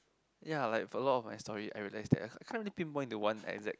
ya like for a lot of my story I realise that I can't really pinpoint the one exact